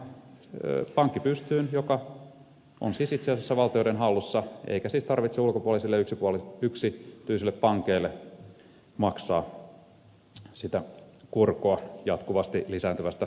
laitetaan pankki pystyyn joka on siis itse asiassa valtioiden hallussa eikä siis tarvitse ulkopuolisille yksityisille pankeille maksaa sitä korkoa jatkuvasti lisääntyvästä luottomäärästä